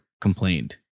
complained